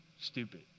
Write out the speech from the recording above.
stupid